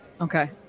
Okay